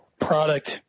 product